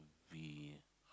we